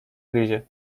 gryzie